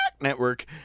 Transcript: network